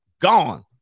gone